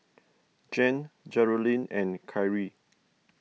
Jan Jerilynn and Khiry